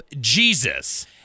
Jesus